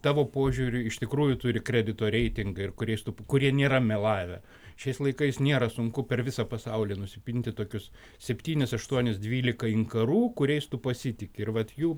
tavo požiūriu iš tikrųjų turi kredito reitingą ir kuriais tu kurie nėra melavę šiais laikais nėra sunku per visą pasaulį nusipinti tokius septynis aštuonis dvylika inkarų kuriais tu pasitiki ir vat jų